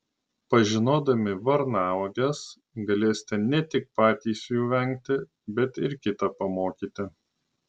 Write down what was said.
pažinodami varnauoges galėsite ne tik patys jų vengti bet ir kitą pamokyti